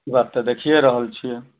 ई बात तऽ देखिये रहल छियै